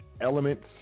elements